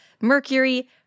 mercury